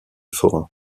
forains